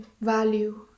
value